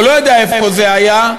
או לא יודע איפה זה היה,